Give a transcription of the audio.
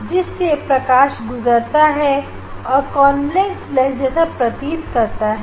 जिससे प्रकाश गुजरता है और कॉन्वेक्स लेंस जैसा प्रतीत करता है